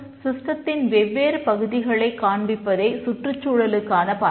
சிஸ்டத்தின் வெவ்வேறு பகுதிகளைக் காண்பிப்பதே சுற்றுச்சூழலுக்கான பார்வை